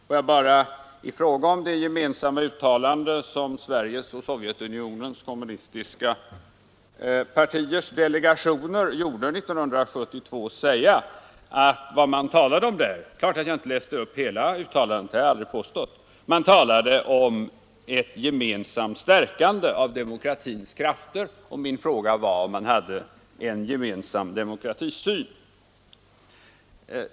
Får jag bara i fråga om det gemensamma uttalande som Sveriges och Sovjetunionens kommunistiska partiers delegationer gjorde år 1972 säga att man där talade om — det är klart att jag inte läste upp hela uttalandet, det har jag aldrig påstått — ett gemensamt stärkande av demokratins krafter. Min fråga var om man hade en gemensam demokratisk syn.